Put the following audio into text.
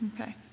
okay